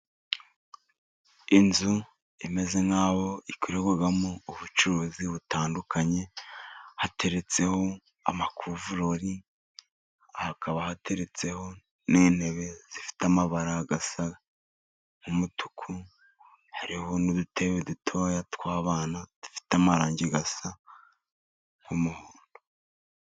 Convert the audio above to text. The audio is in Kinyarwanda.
Inzu imeze nk'aho ikorerwamo ubucuruzi butandukanye. Hateretseho amakovurori, hakaba hateretseho n'intebe zifite amabara asa nk'umutuku. Hari n'udutebe duto tw'abana dufite amarangi asa nk'umuhondo.